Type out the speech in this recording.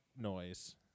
noise